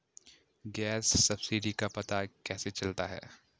Gas subsidy का पता कैसे चलता है?